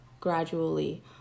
gradually